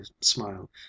smile